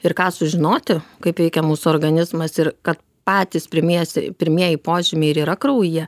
ir ką sužinoti kaip veikia mūsų organizmas ir kad patys primiesi pirmieji požymiai ir yra kraujyje